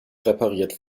repariert